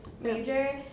major